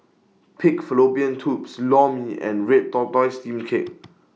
Pig Fallopian Tubes Lor Mee and Red Tortoise Steamed Cake